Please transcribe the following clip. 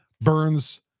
Burns